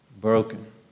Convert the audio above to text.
Broken